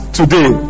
today